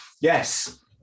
yes